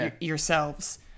yourselves